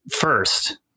first